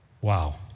wow